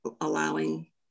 allowing